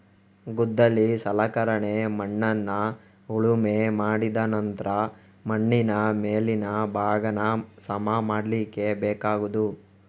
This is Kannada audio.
ಗುದ್ದಲಿ ಸಲಕರಣೆ ಮಣ್ಣನ್ನ ಉಳುಮೆ ಮಾಡಿದ ನಂತ್ರ ಮಣ್ಣಿನ ಮೇಲಿನ ಭಾಗಾನ ಸಮ ಮಾಡ್ಲಿಕ್ಕೆ ಬೇಕಾಗುದು